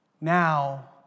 now